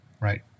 right